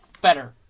better